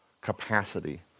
capacity